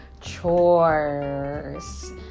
chores